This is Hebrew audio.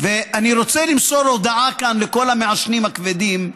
ואני רוצה למסור הודעה כאן לכל המעשנים הכבדים,